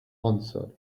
answered